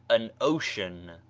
an ocean.